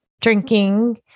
drinking